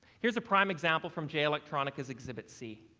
here's a prime example from jay electronica's exhibit c.